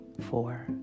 four